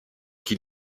qui